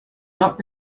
not